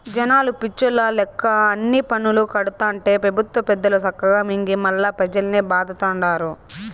జనాలు పిచ్చోల్ల లెక్క అన్ని పన్నులూ కడతాంటే పెబుత్వ పెద్దలు సక్కగా మింగి మల్లా పెజల్నే బాధతండారు